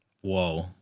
Whoa